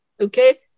Okay